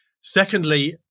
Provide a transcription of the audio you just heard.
secondly